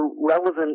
relevant